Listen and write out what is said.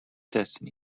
destiny